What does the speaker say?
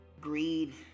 greed